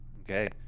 Okay